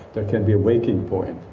there can be a waking point.